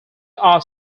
are